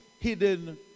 hidden